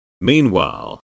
Meanwhile